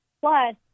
Plus